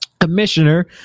Commissioner